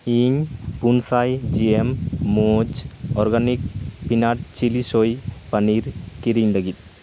ᱤᱧ ᱯᱩᱱᱥᱟᱭ ᱡᱤ ᱮᱢ ᱢᱚᱡᱽ ᱚᱨᱜᱟᱱᱤᱠ ᱯᱤᱱᱟᱴ ᱪᱤᱞᱤ ᱥᱳᱭ ᱯᱚᱱᱤᱨ ᱠᱤᱨᱤᱧ ᱞᱟᱹᱜᱤᱫ